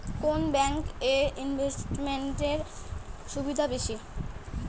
কোন ব্যাংক এ ইনভেস্টমেন্ট এর সুবিধা বেশি?